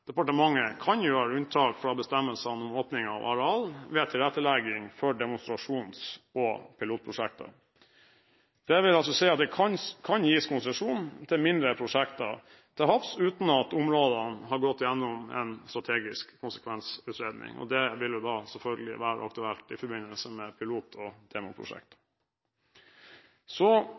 departementet kan gjøre unntak fra bestemmelsene om åpning av areal ved tilrettelegging for demonstrasjons- og pilotprosjekter. Det vil altså si at det kan gis konsesjon til mindre prosjekter til havs uten at områdene har gått gjennom en strategisk konsekvensutredning. Det ville selvfølgelig være aktuelt i forbindelse med pilot- og